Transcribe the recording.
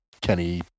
Kenny